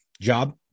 job